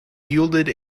yielded